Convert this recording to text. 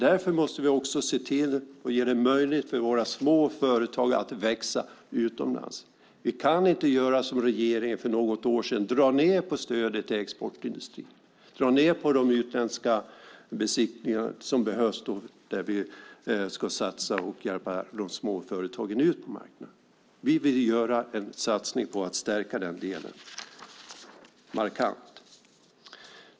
Därför måste vi se till att göra det möjligt för våra små företag att växa utomlands. Vi kan inte göra som regeringen gjorde för något år sedan, dra ned på stödet till exportindustrin och dra ned på de utländska beskickningarna, som behövs då vi ska satsa och hjälpa de små företagen ut på marknaden. Vi vill göra en satsning på att markant stärka den delen.